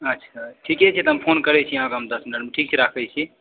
अच्छा ठीके छै फोन करै छीऽ दस मिनटमे ठीक छै राखै छी